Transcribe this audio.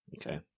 Okay